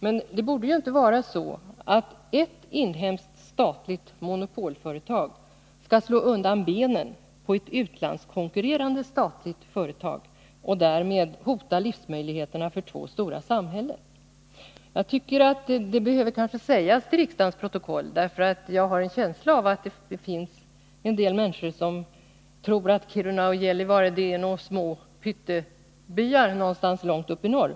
Men det borde inte vara så att ett inhemskt statligt monopolföretag skall slå undan benen på ett utlandskonkurrerande statligt företag och därmed hota livsmöjligheterna för två stora samhällen. Detta behöver kanske sägas till riksdagsprotokollet, för jag har en känsla av att det finns en del människor som tror att Kiruna och Gällivare är några pyttesmå byar någonstans långt uppe i norr.